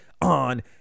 on